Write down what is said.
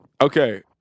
okay